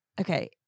Okay